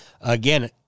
Again